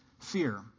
fear